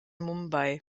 mumbai